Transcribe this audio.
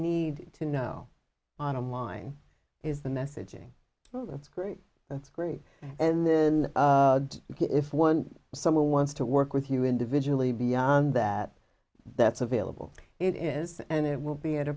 need to know on a mine is the messaging well that's great that's great and then if one someone wants to work with you individually beyond that that's available it is and it will be at a